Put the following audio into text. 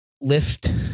lift